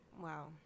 Wow